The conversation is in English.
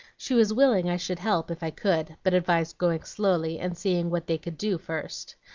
she was willing i should help if i could, but advised going slowly, and seeing what they could do first.